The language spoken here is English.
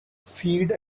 feed